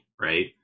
Right